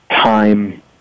Time